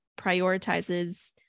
prioritizes